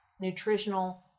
nutritional